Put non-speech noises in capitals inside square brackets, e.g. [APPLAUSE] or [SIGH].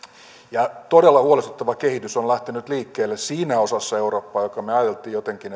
ja todella huolestuttava kehitys on lähtenyt liikkeelle siinä osassa eurooppaa josta me ajattelimme jotenkin [UNINTELLIGIBLE]